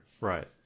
right